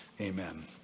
amen